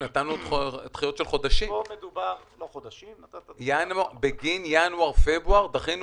נתנו דחיות של חודשים, בגין ינואר-פברואר דחינו